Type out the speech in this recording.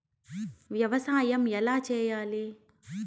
వ్యవసాయం ఎలా చేయాలి?